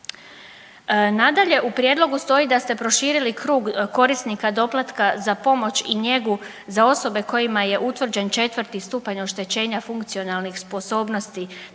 Nadalje, u prijedlogu stoji da ste proširili krug korisnika doplatka za pomoć i njegu za osobe kojima je utvrđen četvrti stupanj oštećenja funkcionalnih sposobnosti,